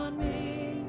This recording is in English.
um me